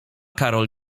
karol